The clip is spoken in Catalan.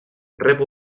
rep